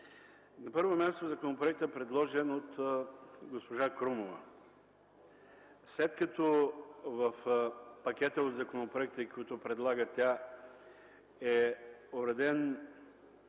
На първо място, законопроектът, предложен от госпожа Крумова. След като в пакета от законопроекти, които предлага тя, е уреден